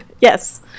Yes